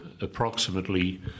approximately